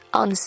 on